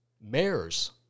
mayors